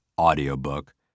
audiobook